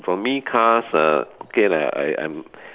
for me cars uh okay lah I'm I'm